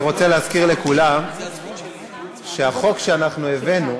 אני רוצה להזכיר לכולם שהחוק שאנחנו הבאנו